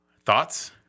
Thoughts